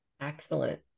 Excellent